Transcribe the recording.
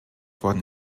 worden